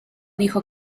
dijo